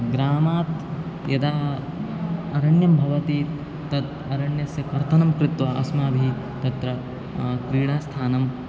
ग्रामात् यदा अरण्यं भवति तत् अरण्यस्य कर्तनं कृत्वा अस्माभिः तत्र क्रीडास्थानं